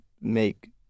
make